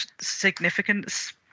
significance